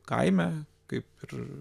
kaime kaip ir